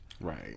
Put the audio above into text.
Right